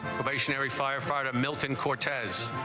firefighter milton cortez